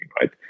right